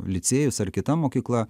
licėjus ar kita mokykla